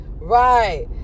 Right